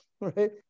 right